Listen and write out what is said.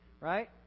right